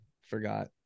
forgot